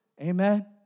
Amen